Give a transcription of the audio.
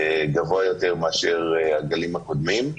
גבוה יותר מאשר הגלים הקודמים.